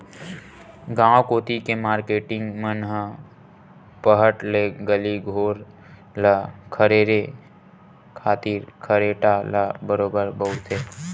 गांव कोती के मारकेटिंग मन ह पहट ले गली घोर ल खरेरे खातिर खरेटा ल बरोबर बउरथे